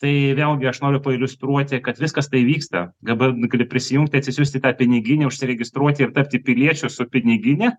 tai vėlgi aš noriu pailiustruoti kad viskas tai vyksta dabar gali prisijungti atsisiųsti tą piniginį užsiregistruoti ir tapti piliečiu su pinigine